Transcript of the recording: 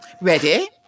Ready